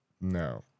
No